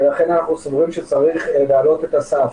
ולכן אנחנו סבורים שצריך להעלות את הסף.